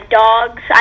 dogs